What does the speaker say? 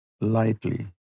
lightly